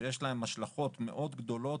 שיש להן השלכות מאוד גדולות,